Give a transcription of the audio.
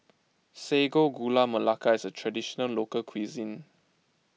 Sago Gula Melaka is a Traditional Local Cuisine